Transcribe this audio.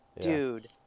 Dude